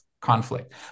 conflict